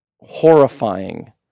horrifying